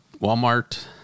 Walmart